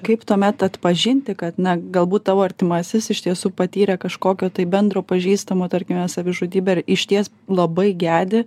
kaip tuomet atpažinti kad na galbūt tavo artimasis iš tiesų patyrė kažkokio tai bendro pažįstamo tarkime savižudybę ir išties labai gedi